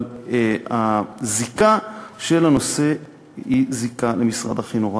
אבל הזיקה של הנושא היא למשרד החינוך.